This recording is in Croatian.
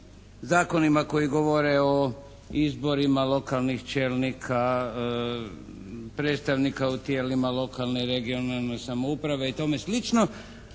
zakonima koji govore o izborima lokalnih čelnika, predstavnika u tijelima lokalne (regionalne) samouprave i tome sl.,